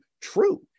true